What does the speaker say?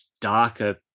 darker